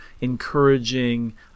encouraging